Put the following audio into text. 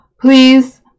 please